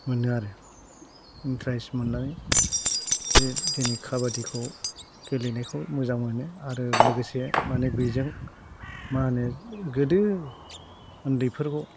मोनो आरो इन्ट्रेस्ट मोननानै बे खाबादिखौ गेलेनायखौ मोजां मोनो आरो लोगोसे माने बेजों माहोनो गोदो उन्दैफोरखौ